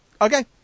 okay